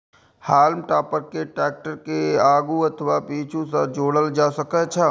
हाल्म topper कें tractor के आगू अथवा पीछू सं जोड़ल जा सकै छै